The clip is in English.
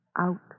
Out